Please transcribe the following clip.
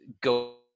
go